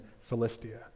Philistia